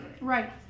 Right